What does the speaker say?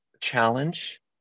challenge